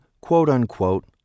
quote-unquote